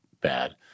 bad